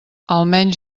almenys